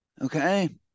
Okay